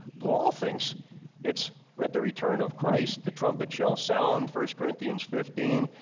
paul thinks it's at the return of christ. the trumpet shall sound first corinthians fifteen,